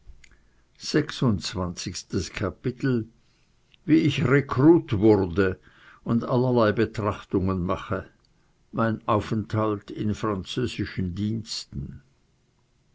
wie ich rekrut werde und allerlei betrachtungen mache mein aufenthalt in französischen diensten